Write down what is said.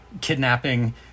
kidnapping